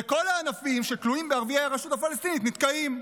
וכל הענפים שתלויים בערביי הרשות הפלסטינית נתקעים.